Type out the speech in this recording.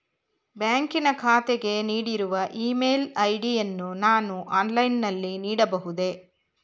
ಬ್ಯಾಂಕಿನ ಖಾತೆಗೆ ನೀಡಿರುವ ಇ ಮೇಲ್ ಐ.ಡಿ ಯನ್ನು ನಾನು ಆನ್ಲೈನ್ ನಲ್ಲಿ ನೀಡಬಹುದೇ?